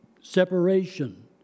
separation